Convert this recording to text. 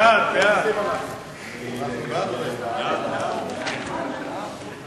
(תיקון, הגבלת התשלום החודשי במכשיר טלפון נייד),